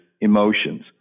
emotions